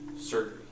surgery